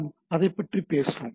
நாம் அதைப் பற்றி பேசுவோம்